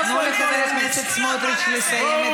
תנו לחבר הכנסת סמוטריץ לסיים את